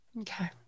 Okay